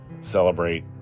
celebrate